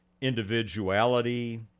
individuality